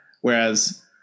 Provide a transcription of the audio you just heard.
Whereas